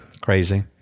Crazy